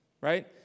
right